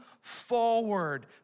forward